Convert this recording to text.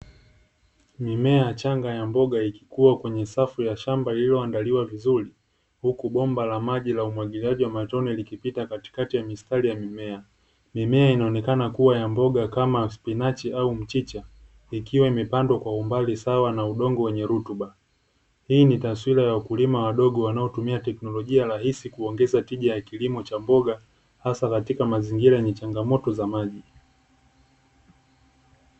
Mimea changa ya mboga ikikua katika safu za shamba liliandaliwa vizuri huku bomba ya maji la umwagiliaji wa matone likipita katikati ya mistari mimea, mimea ya mbogamboga kama spinachi na mchicha ikiwa imepandwa kwa umbali sawa na udongo wenye rutuba, hii taswira ya wakulima wadogo wanaotumia teknolojia kuongeza tija ya kilimo cha mboga asa katika mazingira yenye changamoto za maji.